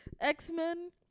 X-Men